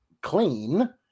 clean